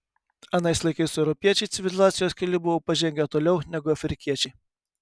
anais laikais europiečiai civilizacijos keliu buvo pažengę toliau negu afrikiečiai